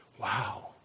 Wow